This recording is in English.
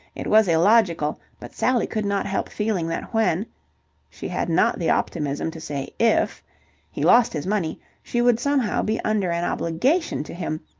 it was illogical, but sally could not help feeling that when she had not the optimism to say if he lost his money, she would somehow be under an obligation to him,